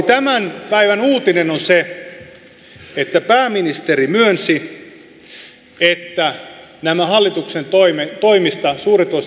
tämän päivän uutinen on se että pääministeri myönsi että näistä hallituksen toimista suurituloiset ja rikkaat on rajattu ulos